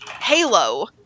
Halo